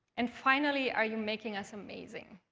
and finally, are you making us amazing?